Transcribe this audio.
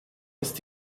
ist